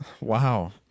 Wow